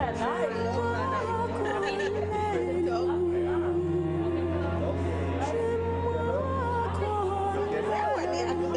יותר ויותר אזרחים מבינים שאנחנו באמת